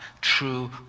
true